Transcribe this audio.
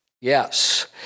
Yes